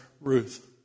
Ruth